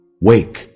Wake